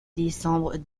décembre